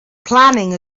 planning